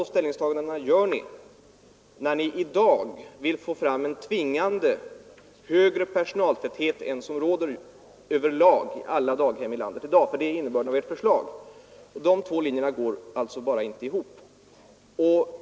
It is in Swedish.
De två ställningstagandena blir resultatet av att ni i dag vill få fram en tvingande högre personaltäthet än den som nu råder över lag i alla daghem i landet. Detta är innebörden i ert förslag. De båda linjerna går inte att förena.